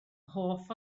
hoff